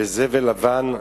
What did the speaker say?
בזבל לבן,